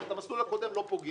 אבל במסלול הקודם לא פוגעים.